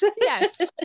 Yes